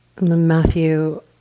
Matthew